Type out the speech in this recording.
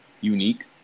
unique